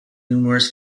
numerous